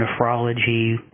nephrology